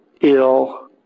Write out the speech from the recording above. ill